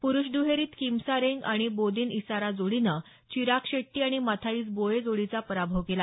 पुरुष दुहेरीत Kim Sa Rang आणि बोदिन इसारा जोडीनं चिराग शेट्टी आणि मथाइस बोए जोडीचा पराभव केला